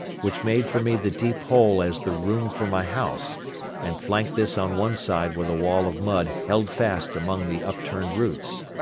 which made for me the deep hole as the room for my house and flanked this on one side with a wall of mud held fast among the upturned roots.